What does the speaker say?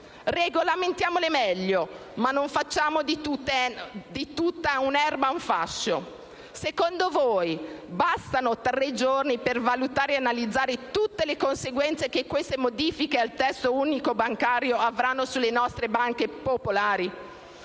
Regolamentiamole meglio, ma non facciamo di tutta l'erba un fascio. Secondo voi, bastano tre giorni, per valutare e analizzare tutte le conseguenze che queste modifiche al testo unico bancario avranno sulle nostre banche popolari?